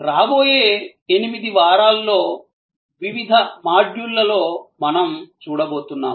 రాబోయే 8 వారాల్లో వివిధ మాడ్యూళ్లలో మనం చూడబోతున్నాము